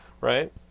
right